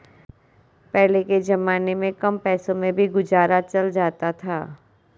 पहले के जमाने में कम पैसों में भी गुजारा चल जाता था